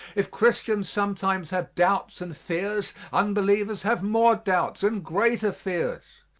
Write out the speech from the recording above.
if christians sometimes have doubts and fears, unbelievers have more doubts and greater fears.